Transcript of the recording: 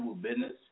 business